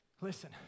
Listen